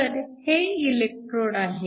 तर हे इलेक्ट्रोड आहेत